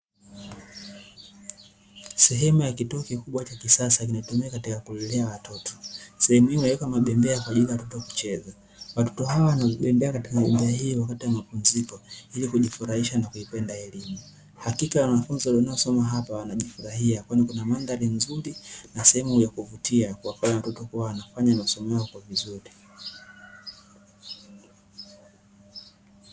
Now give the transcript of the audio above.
Sehemu ya kituo kikubwa cha kisasa kinatumika katika kulelea watoto. Sehemu hiyo imewekwa mabembea kwa ajili ya watoto kucheza. Watoto hawa wanabembea katika bembea hiyo wakati wa mapumziko ili kujifurahisha na kuipenda elimu. Hakika ya wanafunzi waliosoma hapa wanajifurahia kwani kuna madhari nzuri na sehemu ya kuvutia kuwafanya watoto kuwa wanafanya masomo yao kwa vizuri.